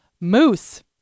Moose